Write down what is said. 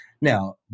now